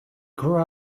grew